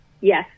Yes